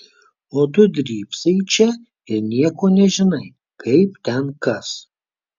o tu drybsai čia ir nieko nežinai kaip ten kas